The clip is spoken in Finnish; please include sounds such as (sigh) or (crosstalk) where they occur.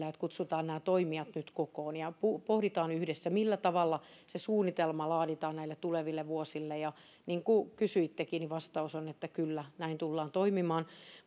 (unintelligible) että kutsutaan nämä toimijat nyt kokoon ja pohditaan yhdessä millä tavalla se suunnitelma laaditaan näille tuleville vuosille kun kysyitte niin vastaus on että kyllä näin tullaan toimimaan